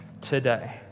today